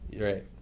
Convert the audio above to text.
Right